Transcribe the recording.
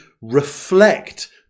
reflect